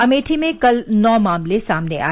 अमेठी में कल नौ मामले सामने आए